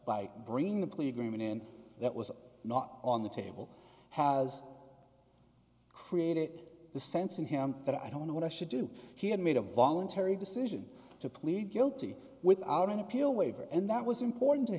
bringing the plea agreement in that was not on the table has created the sense in him that i don't know what i should do he had made a voluntary decision to plead guilty without an appeal waiver and that was important to